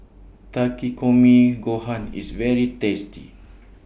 Takikomi Gohan IS very tasty